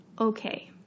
Okay